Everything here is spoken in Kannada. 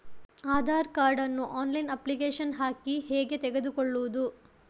ಆಧಾರ್ ಕಾರ್ಡ್ ನ್ನು ಆನ್ಲೈನ್ ಅಪ್ಲಿಕೇಶನ್ ಹಾಕಿ ಹೇಗೆ ತೆಗೆದುಕೊಳ್ಳುವುದು?